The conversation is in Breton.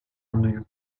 anvioù